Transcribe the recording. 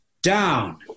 Down